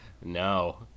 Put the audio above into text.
No